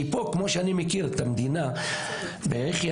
כי פה כמו שאני מכיר את המדינה ואיך היא